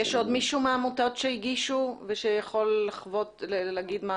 יש עוד מישהו מהעמותות שהגישו ושיכול להגיד מה